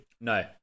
No